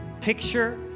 picture